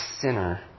sinner